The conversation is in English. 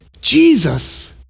Jesus